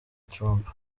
trump